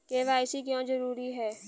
KYC क्यों जरूरी है?